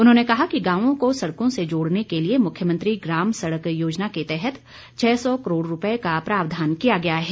उन्होंने कहस कि गांवों को सड़कों से जोड़ने के लिए मुख्यमंत्री ग्राम सड़क योजना के तहत छ सौ करोड़ रुपए का प्रावधान किया गया है